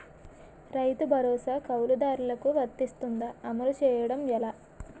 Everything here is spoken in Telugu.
రైతు భరోసా కవులుదారులకు వర్తిస్తుందా? అమలు చేయడం ఎలా